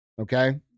okay